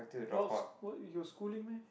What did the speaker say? what's what you're schooling meh